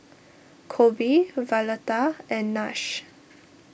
Coby Violeta and Nash